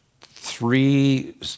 Three